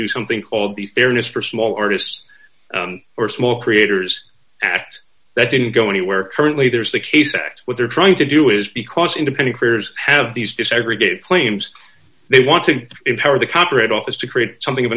do something called the fairness for small artists or small creators act that didn't go anywhere currently there's the case act what they're trying to do is because independent voters have these desegregate claims they want to empower the copyright office to create something of